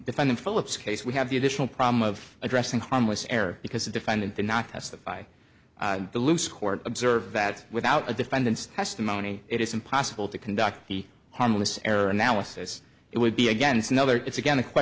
defending phillips case we have the additional problem of addressing harmless error because the defendant cannot testify the loose court observe that without a defendant's testimony it is impossible to conduct the harmless error analysis it would be against another it's again